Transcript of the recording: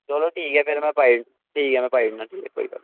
चलो ठीक ऐ फिर में पाई ओड़नां ठीक ऐ में पाई ओड़नां कोई गल्ल निं